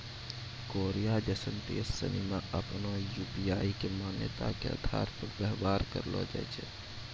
Korea जैसन देश सनि मे आपनो यू.पी.आई के मान्यता के आधार पर व्यवहार कैलो जाय छै